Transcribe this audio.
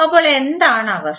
അപ്പോൾ എന്താണ് അവസ്ഥ